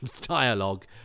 dialogue